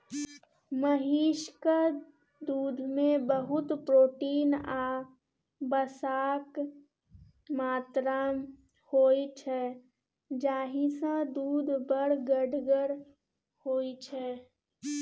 महिषक दुधमे बहुत प्रोटीन आ बसाक मात्रा होइ छै जाहिसँ दुध बड़ गढ़गर होइ छै